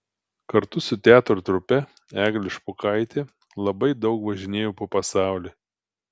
kartu su teatro trupe eglė špokaitė labai daug važinėjo po pasaulį